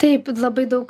taip labai daug